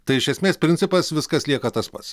tai iš esmės principas viskas lieka tas pats